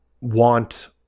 want